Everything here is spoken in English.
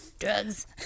Drugs